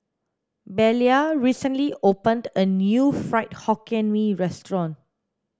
Belia recently opened a new fried hokkien mee restaurant